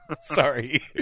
Sorry